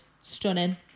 stunning